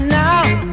now